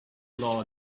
law